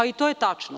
I to je tačno.